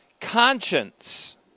Conscience